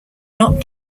not